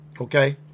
Okay